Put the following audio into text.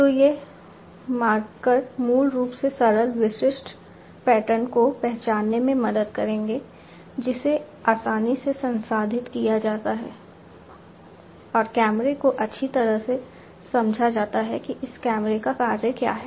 तो ये मार्कर मूल रूप से सरल विशिष्ट पैटर्न को पहचानने में मदद करेंगे जिसे आसानी से संसाधित किया जा सकता है और कैमरे को अच्छी तरह से समझा जाता है कि इस कैमरे का कार्य क्या है